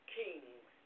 kings